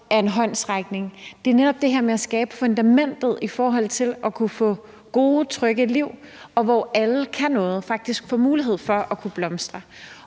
er en håndsrækning. Det er netop det her med at skabe fundamentet i forhold til at kunne få gode, trygge liv, hvor alle kan noget og får mulighed for at kunne blomstre,